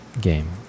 game